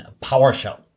PowerShell